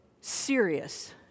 serious